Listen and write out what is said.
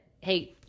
Hey